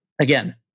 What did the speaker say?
Again